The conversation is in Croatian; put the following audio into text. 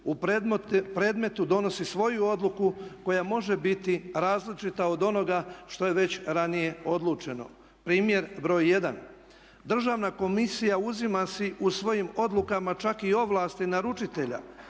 u predmetu donosi svoju odluku koja može biti različita od onoga što je već ranije odlučeno. Primjer broj jedan, Državna komisija uzima si u svojim odlukama čak i ovlasti naručitelja